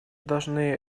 должны